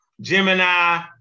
Gemini